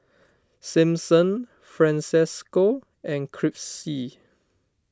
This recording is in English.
Simpson Francesco and Crissy